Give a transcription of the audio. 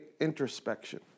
introspection